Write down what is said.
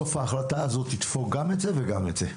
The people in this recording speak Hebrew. בסוף, ההחלטה הזאת תתפור גם את זה וגם את זה.